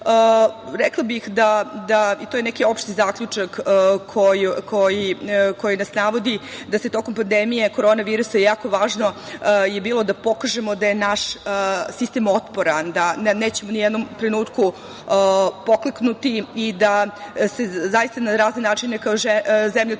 bih, i to je neki opšti zaključak koji nas navodi da se tokom pandemije korona virusa jako važno je bilo da pokažemo da je naš sistem otporan, da nećemo ni u jednom trenutku pokleknuti i da zaista na razne načine kao zemlja trudimo